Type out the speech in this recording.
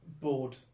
bored